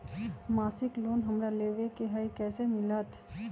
मासिक लोन हमरा लेवे के हई कैसे मिलत?